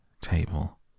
table